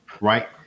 right